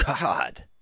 God